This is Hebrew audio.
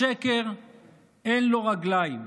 השקר אין לו רגליים.